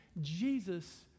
Jesus